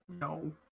No